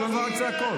כל הזמן רק צעקות.